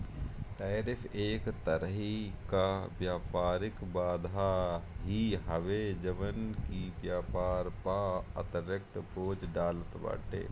tariff एक तरही कअ व्यापारिक बाधा ही हवे जवन की व्यापार पअ अतिरिक्त बोझ डालत बाटे